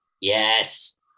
Yes